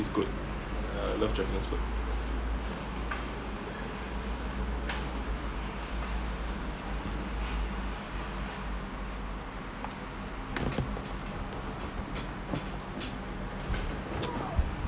is good ya I love japanese food